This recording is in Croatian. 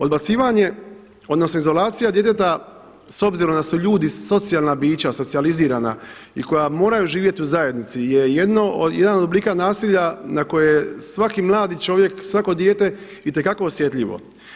Odbacivanje odnosno izolacija djeteta s obzirom da su ljudi socijalna bića, socijalizirana i koja moraju živjeti u zajednici je jedan od oblika nasilja na koje svaki mladi čovjek, svako dijete itekako osjetljivo.